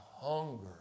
hunger